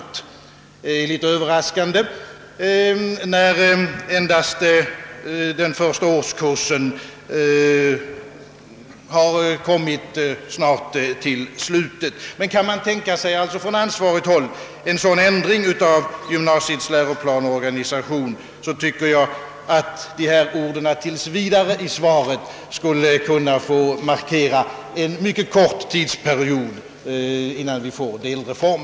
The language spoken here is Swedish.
Detta är litet överraskande när endast den första årskursen snart har kommit till slutet. Men kan man från ansvarigt håll tänka sig en sådan ändring av gymnasiets läroplan och organisation, tycker jag att orden »tills vidare» i svaret skulle kunna få markera en mycket kort tidsperiod innan vi får en delreform.